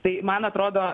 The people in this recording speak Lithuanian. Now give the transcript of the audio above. tai man atrodo